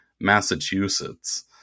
Massachusetts